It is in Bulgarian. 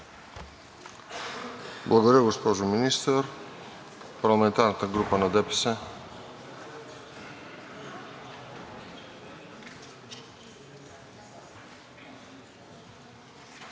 Благодаря, госпожо Министър. Парламентарната група на ДПС.